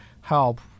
help